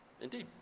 Indeed